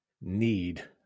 need